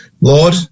Lord